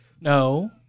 No